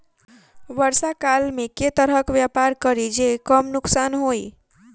वर्षा काल मे केँ तरहक व्यापार करि जे कम नुकसान होइ?